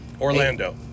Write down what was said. Orlando